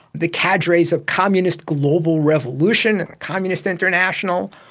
the cadres of communist global revolution, communist international,